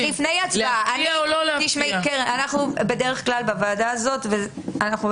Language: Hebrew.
בדרך כלל בוועדה הזאת אנחנו מנסים להגיע להסכמות עוד לפני זה.